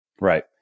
Right